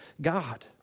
God